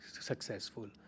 successful